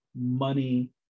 money